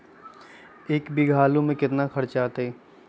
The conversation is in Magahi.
एक बीघा आलू में केतना खर्चा अतै?